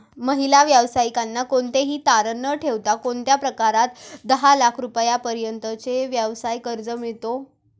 महिला व्यावसायिकांना कोणतेही तारण न ठेवता कोणत्या प्रकारात दहा लाख रुपयांपर्यंतचे व्यवसाय कर्ज मिळतो?